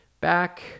back